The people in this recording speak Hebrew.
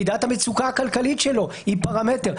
מידת המצוקה הכלכלית שלו היא פרמטר.